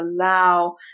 allow